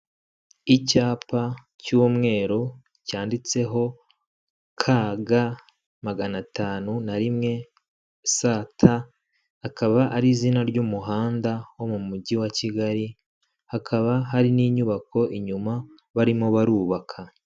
Icyapa cy'umweru cyanditseho kaga magana magatanu na rimwe sa ta akaba ari izina ry'umuhanda wo mu mujyi wa Kigali hakaba hari n'inyubako inyuma barimo barubaka.